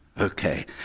okay